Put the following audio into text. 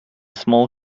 small